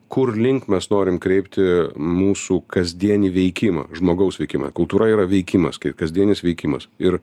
kurlink mes norim kreipti mūsų kasdienį veikimą žmogaus veikimą kultūra yra veikimas kai kasdienis veikimas ir